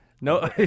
No